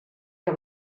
que